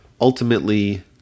Ultimately